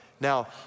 Now